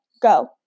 Go